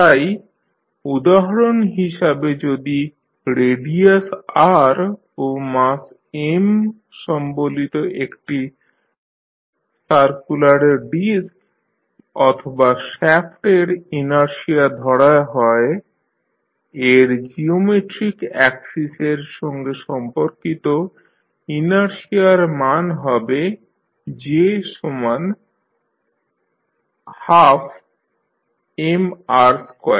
তাই উদাহরণ হিসাবে যদি রেডিয়াস r ও মাস M সম্বলিত একটি সার্কুলার ডিস্ক অথবা শ্যাফ্ট এর ইনারশিয়া ধরা হয় এর জিওমেট্রিক অ্যাক্সিসের সঙ্গে সম্পর্কিত ইনারশিয়ার মান হবে J12Mr2